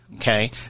okay